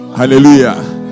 hallelujah